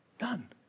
None